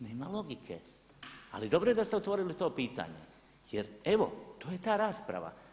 Nema logike, ali dobro je da ste otvorili to pitanje jer evo to je ta rasprava.